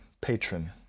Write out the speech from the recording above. patron